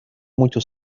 mucho